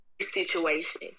situation